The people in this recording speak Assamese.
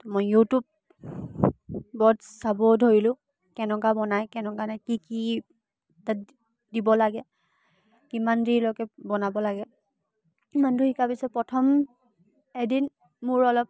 মই ইউটিউবত চাব ধৰিলোঁ কেনেকুৱা বনায় কেনেকুৱাৰে কি কি তাত দিব লাগে কিমান দেৰিলৈকে বনাব লাগে ইমানটো শিকাৰ পিছত প্ৰথম এদিন মোৰ অলপ